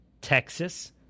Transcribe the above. Texas